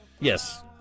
Yes